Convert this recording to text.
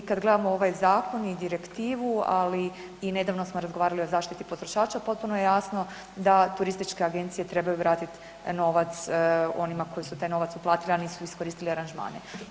I kad gledamo ovaj zakon i direktivu, ali i nedavno smo razgovarali o zaštiti potrošača potpuno je jasno da turističke agencije trebaju vratiti novac onima koji su taj novac uplatili, a nisu iskoristili aranžmane.